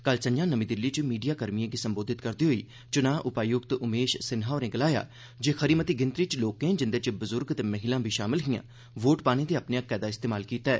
कल संझां नर्मी दिल्ली च मीडियाकर्मिएं गी संबोधित करदे होई च्नां उपाय्क्त उमेश सिन्हा होरें गलाया जे खरी मती गिनतरी च लोकें जिंदे च ब्ज्र्ग ते महिलां बी शामिल हिआं वोट पाने दे अपने हक्कै दा इस्तेमाल कीता ऐ